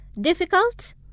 Difficult